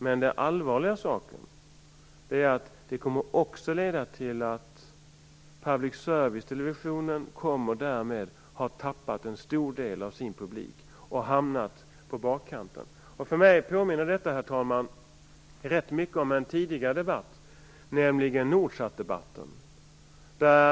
Men det allvarliga är att det kommer att leda till att public service-televisionen därmed tappar en stor del av sin publik och hamnar i bakvatten. Detta påminner rätt mycket om en tidigare debatt, nämligen NORDSAT-debatten.